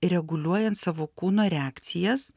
reguliuojant savo kūno reakcijas